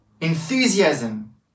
enthusiasm